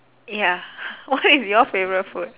ya what is your favourite food